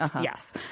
yes